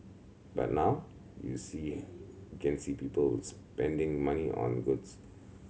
but now you see can see people spending money on goods